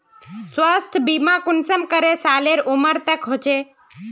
स्वास्थ्य बीमा कुंसम करे सालेर उमर तक होचए?